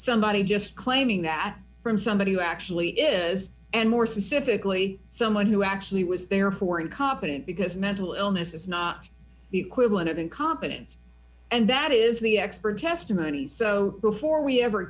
somebody just claiming that from somebody who actually is and more specifically someone who actually was there who are incompetent because mental illness is not the equivalent of incompetence and that is the expert testimony so before we ever